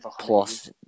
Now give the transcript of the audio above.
Plus